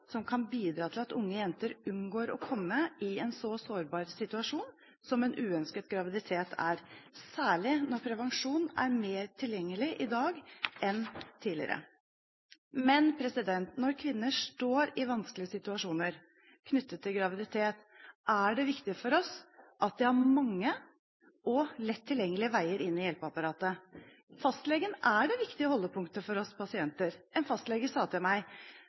som kan bidra til at unge jenter unngår å komme i en så sårbar situasjon som en uønsket graviditet er, særlig når prevensjon er mer tilgjengelig i dag enn tidligere. Men når kvinner står i vanskelige situasjoner knyttet til graviditet, er det viktig for oss at de har mange og lett tilgjengelige veier inn i hjelpeapparatet. Fastlegen er det viktigste holdepunktet for oss pasienter. En